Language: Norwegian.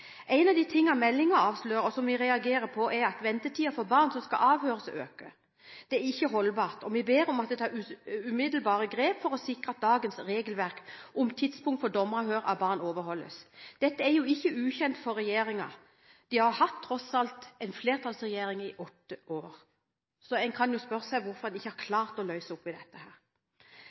En av de tingene meldingen avslører, og som vi reagerer på, er at ventetiden for barn som skal avhøres, øker. Det er ikke holdbart, og vi ber om at det tas umiddelbare grep for å sikre at dagens regelverk om tidspunkt for dommeravhør av barn overholdes. Dette er ikke ukjent for regjeringen. De har tross alt hatt en flertallsregjering i åtte år, så en kan spørre seg hvorfor de ikke har klart å løse opp i dette.